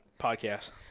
podcast